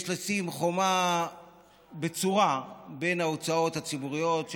יש לשים חומה בצורה בין ההוצאות הציבוריות,